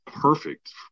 perfect